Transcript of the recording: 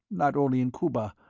not only in cuba,